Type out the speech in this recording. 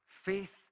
Faith